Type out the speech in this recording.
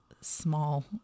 small